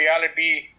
reality